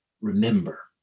Remember